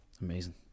Amazing